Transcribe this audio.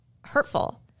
hurtful